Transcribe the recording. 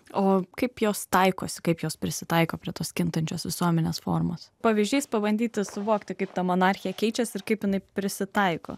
o kaip jos taikosi kaip jos prisitaiko prie tos kintančios visuomenės formos pavyzdžiais pabandyti suvokti kaip ta monarchija keičiasi ir kaip jinai prisitaiko